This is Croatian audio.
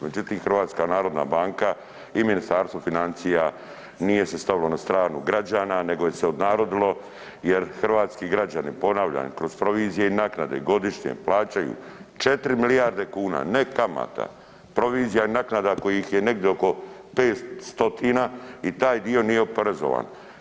Međutim, HNB i Ministarstvo financija nije se stavilo na stranu građana nego se je odnarodilo jer hrvatski građani, ponavljam, kroz provizije i naknade godišnje plaćaju 4 milijarde kuna, ne kamata, provizija i naknada kojih je negdje oko 5 stotina i taj dio nije oporezovan.